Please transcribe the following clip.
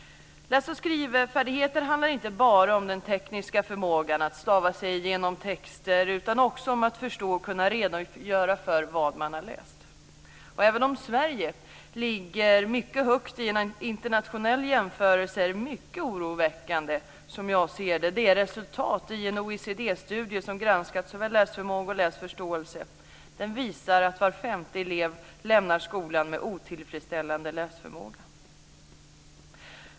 Läs och skrivfärdigheter handlar inte bara om den tekniska förmågan att stava sig igenom texter, utan också om att förstå och kunna redogöra för vad man har läst. Även om Sverige ligger mycket högt i en internationell jämförelse är det mycket oroväckande, som jag ser det, med resultatet i en OECD-studie som granskat såväl läsförmåga som läsförståelse. Den visar att var femte elev lämnar skolan med otillfredsställande läsförmåga.